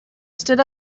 stood